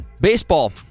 baseball